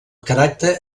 caràcter